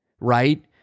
right